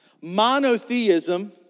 Monotheism